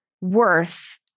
worth